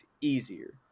easier